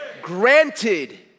Granted